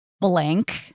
blank